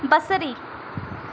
बसरी